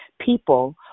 people